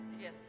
Yes